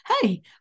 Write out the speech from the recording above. hey